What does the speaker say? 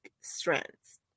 strengths